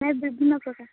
ନାଇଁ ବିଭିନ୍ନ ପ୍ରକାର